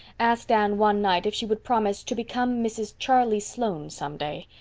asked anne one night if she would promise to become mrs. charlie sloane some day.